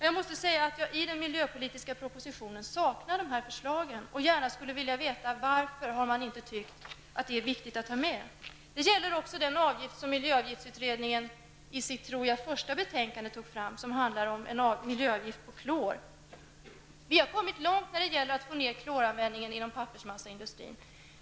Jag saknar dessa förslag i den miljöpolitiska propositionen, och jag vill gärna veta varför regeringen inte har ansett det viktigt att ta med dessa. Detta gäller också det förslag som miljöavgiftsutredningen tog fram i sitt första betänkande om en miljöavgift på klor. Vi har kommit långt när det gäller att få ned kloranvändningen inom pappersmassaindustrin.